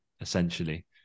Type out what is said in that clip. essentially